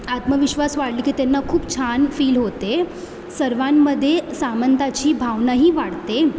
आत्मविश्वास वाढली की त्यांना छान फील होते सर्वांमध्ये समानतेची भावनाही वाढते